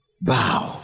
Bow